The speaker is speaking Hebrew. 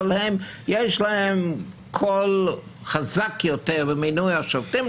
אבל יש להם קול חזק יותר במינוי השופטים,